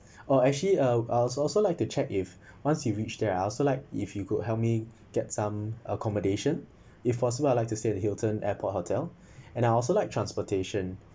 uh actually uh I was also like to check if once you reach there ah I also like if you could help me get some accommodation if possible I'd like to stay the hilton airport hotel and I also like transportation